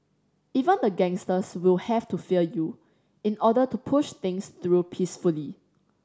even the gangsters will have to fear you in order to push things through peacefully